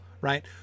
right